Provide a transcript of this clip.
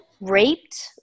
raped